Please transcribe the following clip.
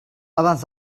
abans